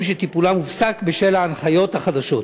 שהטיפול בהם הופסק בשל ההנחיות החדשות?